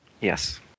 Yes